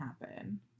happen